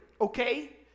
okay